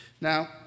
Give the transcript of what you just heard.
Now